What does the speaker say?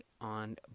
on